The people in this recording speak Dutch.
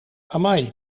amai